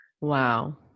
Wow